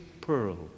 pearl